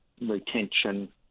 retention